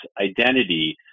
identity